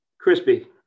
crispy